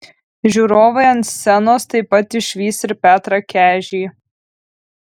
žiūrovai ant scenos taip pat išvys ir petrą kežį